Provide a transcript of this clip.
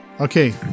okay